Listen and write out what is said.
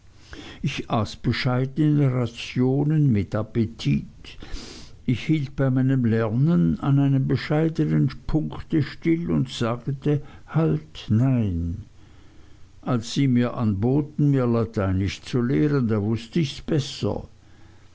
ich aß bescheidne rationen mit appetit ich hielt bei meinem lernen an einem bescheidnen punkte still und sagte halt ein als sie mir anboten mir lateinisch zu lehren da wußte ichs besser